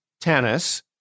tennis